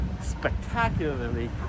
spectacularly